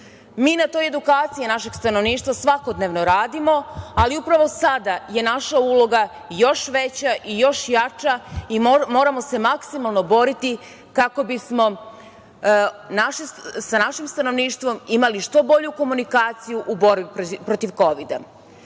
na toj edukaciji našeg stanovništva svakodnevno radimo, ali upravo sada je naša uloga još veća i još jača i moramo se maksimalno boriti kako bismo sa našim stanovništvom imali što bolju komunikaciju u borbi protiv Kovida. Uz